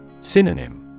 Synonym